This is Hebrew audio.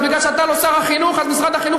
אז מכיוון שאתה לא שר החינוך אז משרד החינוך